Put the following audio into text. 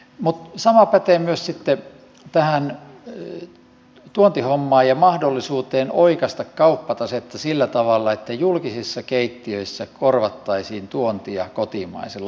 mutta sama pätee myös sitten tähän tuontihommaan ja mahdollisuuteen oikaista kauppatasetta sillä tavalla että julkisissa keittiöissä korvattaisiin tuontia kotimaisella